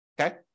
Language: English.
okay